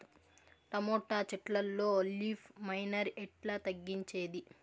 Tomato చెట్లల్లో leaf miner ఎట్లా తగ్గించేది?